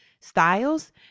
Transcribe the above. styles